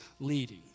leading